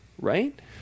right